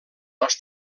als